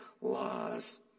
laws